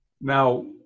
Now